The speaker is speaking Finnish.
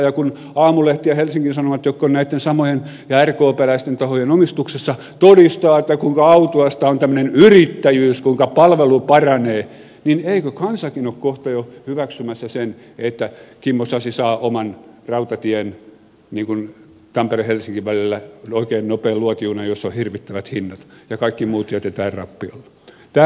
ja kun aamulehti ja helsingin sanomat jotka ovat näiden samojen ja rkpläisten tahojen omistuksessa todistavat kuinka autuasta on tämmöinen yrittäjyys kuinka palvelu paranee niin eikö kansakin ole kohta jo hyväksymässä sen että kimmo sasi saa oman rautatien tamperehelsinki välille oikein nopean luotijunan jossa on hirvittävät hinnat ja kaikki muut jätetään rappiolle